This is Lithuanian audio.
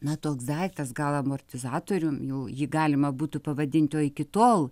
na toks daiktas gal amortizatorium jau jį galima būtų pavadinti o iki tol